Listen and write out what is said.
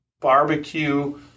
barbecue